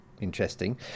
Interesting